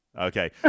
Okay